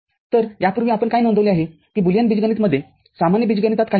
तर यापूर्वी आपण काय नोंदवले आहे की बुलियन बीजगणित मध्ये सामान्य बीजगणितात काही फरक आहेत